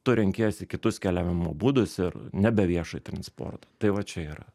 tu renkiesi kitus keliavimo būdus ir nebe viešojo transporto tai va čia yra